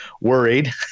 worried